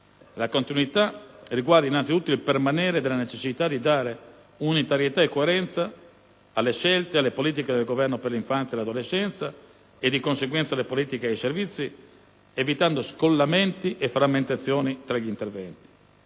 La continuità riguarda innanzitutto il permanere della necessità di dare unitarietà e coerenza alle scelte e alle politiche del Governo per l'infanzia e l'adolescenza e, di conseguenza, alle politiche ed ai servizi, evitando scollamenti e frammentazioni tra gli interventi.